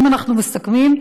אם אנחנו מסכמים,